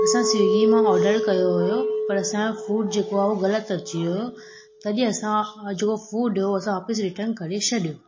असां स्विगी मां ऑडर कयो हुओ पर असांजो फ़ूड जेको आहे उहो ग़लति अची वियो तॾहिं असां जेको फ़ूड हुओ असां वापसि रिटन करे छॾियो